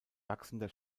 wachsender